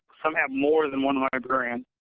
some have more than one librarian.